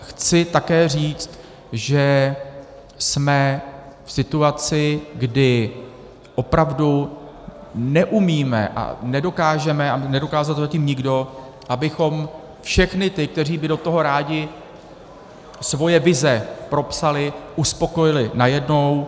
Chci také říct, že jsme v situaci, kdy opravdu neumíme a nedokážeme, a nedokázal to zatím nikdo, abychom všechny ty, kteří by do toho rádi svoje vize propsali, uspokojili najednou.